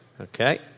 Okay